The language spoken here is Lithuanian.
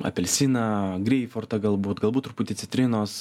apelsiną greipfurtą galbūt galbūt truputį citrinos